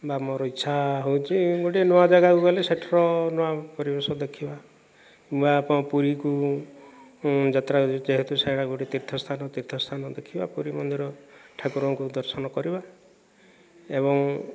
ବା ମୋର ଇଚ୍ଛା ହେଉଛି ଗୋଟିଏ ନୂଆଁ ଜାଗାକୁ ଗଲେ ସେଠିର ନୂଆଁ ପରିବେଶ ଦେଖିବା ନୂଆଁ ପୁରୀକୁ ଯାତ୍ରା ଯେହେତୁ ସେଇଟା ଗୋଟିଏ ତୀର୍ଥ ସ୍ଥାନ ତୀର୍ଥ ସ୍ଥାନ ଦେଖିବା ପୁରୀ ମନ୍ଦିର ଠାକୁରଙ୍କୁ ଦର୍ଶନ କରିବା ଏବଂ